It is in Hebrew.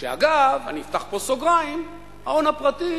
אגב, אם נפתח פה סוגריים, ההון הפרטי